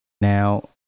Now